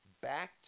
back